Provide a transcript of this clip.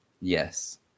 Yes